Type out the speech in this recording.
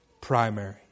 primary